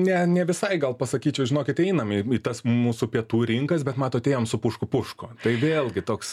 ne ne visai gal pasakyčiau žinokit einam į į tas mūsų pietų rinkas bet matote jiem su pušku pušku tai vėlgi toks